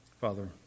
Father